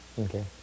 Okay